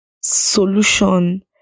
solution